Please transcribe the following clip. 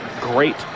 great